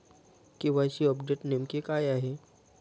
KYC update नेमके काय आहे?